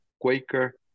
Quaker